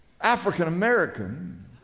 African-American